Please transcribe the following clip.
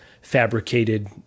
fabricated